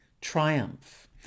triumph